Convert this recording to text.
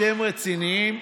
אתם רציניים?